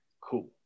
Cool